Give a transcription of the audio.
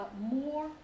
more